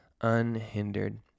unhindered